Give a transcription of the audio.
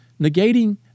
negating